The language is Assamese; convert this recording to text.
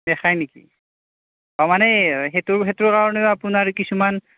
খায় নেকি তাৰ মানে সেইটো সেইটোৰ কাৰণেও আপোনাৰ কিছুমান